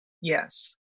Yes